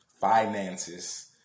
finances